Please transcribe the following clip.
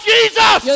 Jesus